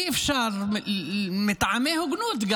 אי-אפשר גם מטעמי הוגנות,